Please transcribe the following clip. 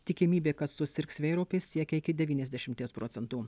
tikimybė kad susirgs vėjaraupiais siekia iki devyniasdešimies procentų